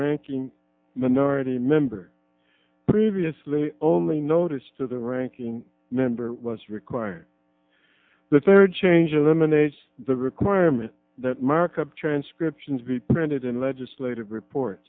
ranking minority member previously only notice to the ranking member was required the third change of them an age the requirement that markup transcriptions be printed in legislative report